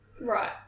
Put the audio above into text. Right